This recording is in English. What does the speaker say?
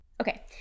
Okay